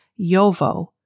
yovo